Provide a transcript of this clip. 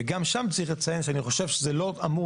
וגם שם צריך לציין שאני חושב שזה לא אמור